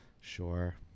Sure